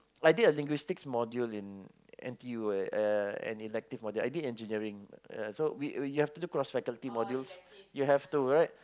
I did a linguistics module in N_T_U an elective module I did engineering ya so we you have to do cross faculty modules you have to right